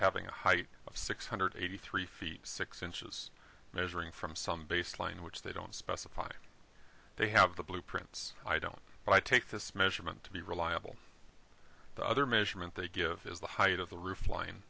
having a height of six hundred eighty three feet six inches measuring from some baseline which they don't specify they have the blueprints i don't but i take this measurement to be reliable other measurement they give is the height of the roof lin